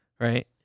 right